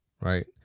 right